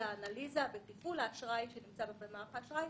אלא האנליזה וטיפול האשראי שנמצא במערך האשראי.